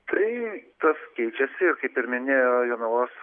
tai tas keičiasi ir kaip ir minėjo jonavos